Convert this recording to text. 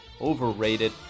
overrated